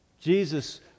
Jesus